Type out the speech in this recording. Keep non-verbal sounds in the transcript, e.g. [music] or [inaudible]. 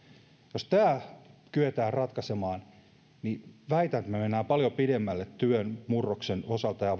jos tämä kyetään ratkaisemaan niin väitän että me menemme paljon pidemmälle työn murroksen osalta ja [unintelligible]